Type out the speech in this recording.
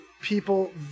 people